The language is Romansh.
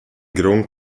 grond